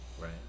Right